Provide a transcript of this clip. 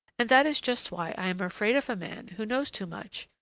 and that is just why i am afraid of a man who knows too much.